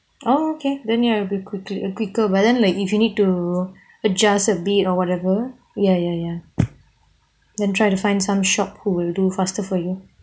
oh okay then you will quickly quicker but then like if you need to adjust a bit or whatever ya ya ya then try to find some shop who will do faster for you